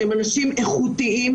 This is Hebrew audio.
שהם אנשים איכותיים,